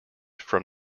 from